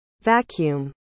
Vacuum